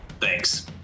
Thanks